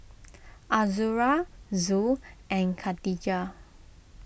Azura Zul and Katijah